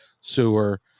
sewer